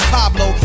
Pablo